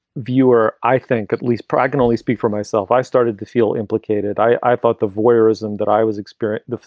viewer, i think at least progam only speak for myself, i started to feel implicated. i i thought the voyeurism that i was experiencing,